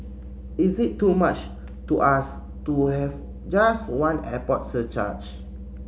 is it too much to ask to have just one airport surcharge